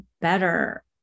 better